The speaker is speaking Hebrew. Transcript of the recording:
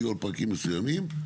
יהיו על פרקים מסוימים.